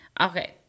Okay